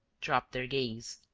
dropped their gaze.